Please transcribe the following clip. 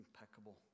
impeccable